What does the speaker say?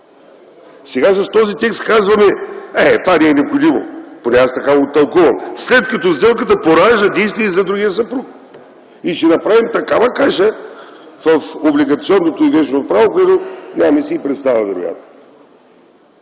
Сега с този текст казваме: е, това не е необходимо, поне аз така го тълкувам, след като сделката поражда действия и за другия съпруг и ще направим такава каша в облигационното и вещно право, за което си нямаме и представа вероятно.